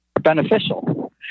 beneficial